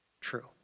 true